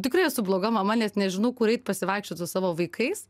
tikrai esu bloga mama nes nežinau kur eit pasivaikščiot su savo vaikais